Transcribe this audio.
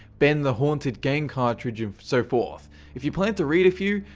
ben the haunted game cartridge and so forth if you plan to read a few,